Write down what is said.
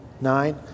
Nine